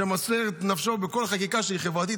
שמוסר את נפשו בכל חקיקה שהיא חברתית.